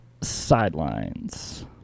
sidelines